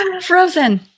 Frozen